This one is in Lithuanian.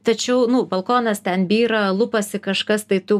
tačiau nu balkonas ten byra lupasi kažkas tai tu